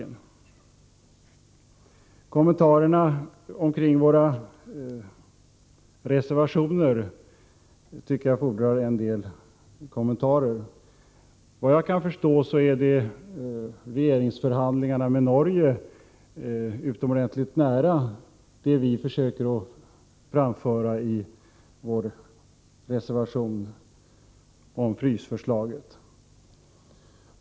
Vad som sagts om våra reservationer tycker jag fordrar en del kommenta rer. Vad jag kan förstå ligger regeringsförhandingarna med Norge utomordentligt nära det vi framför i vår reservation om frysförslaget.